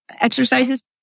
exercises